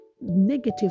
negative